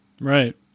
Right